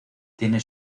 tiene